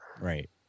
right